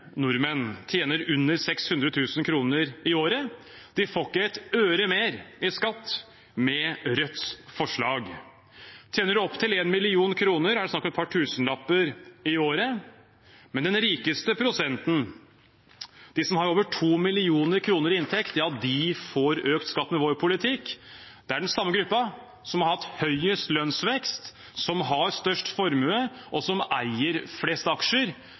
nordmenn tjener under 600 000 kr i året. De får ikke ett øre mer i skatt med Rødts forslag. Tjener man opptil 1 mill. kr, er det snakk om et par tusenlapper i året, men den rikeste prosenten, de som har over 2 mill. kr i inntekt, får økt skatt med vår politikk. Det er den samme gruppen som har hatt høyest lønnsvekst, som har størst formue, og som eier flest aksjer,